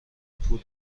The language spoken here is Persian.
پول